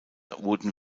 wurden